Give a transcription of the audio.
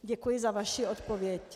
Děkuji za vaši odpověď.